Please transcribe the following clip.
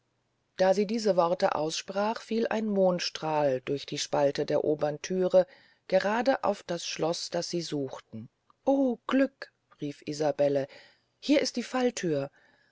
da sie diese worte aussprach fiel ein mondstrahl durch die spalte der obern trümmer grade auf das schloß das sie suchten o glück rief isabelle hier ist die fallthür